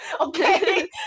Okay